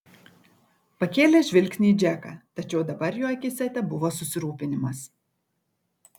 pakėlė žvilgsnį į džeką tačiau dabar jo akyse tebuvo susirūpinimas